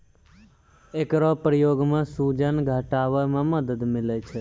एकरो प्रयोग सें सूजन घटावै म मदद मिलै छै